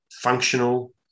functional